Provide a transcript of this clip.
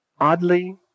oddly